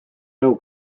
nõu